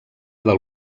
del